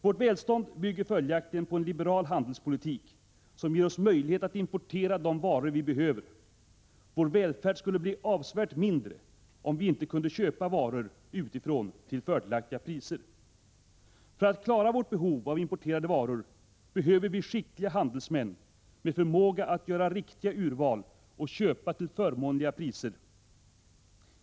Vårt välstånd bygger följaktligen på en liberal handelspolitik som ger oss möjlighet att importera de varor vi behöver. Vår välfärd skulle bli avsevärt mindre om vi inte kunde köpa varor utifrån till fördelaktiga priser. För att klara vårt behov av importerade varor behöver vi skickliga handelsmän med förmåga att göra riktiga urval och köpa till förmånliga priser.